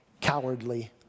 cowardly